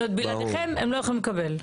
זאת אומרת בלעדיכם הם לא יכולים לקבל.